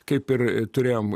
kaip ir turėjom